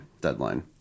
deadline